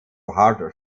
hard